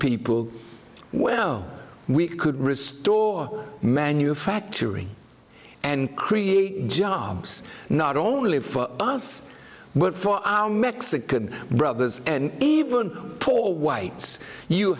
people well we could restore manufacturing and create jobs not only for us but for our mexican brothers and even poor whites you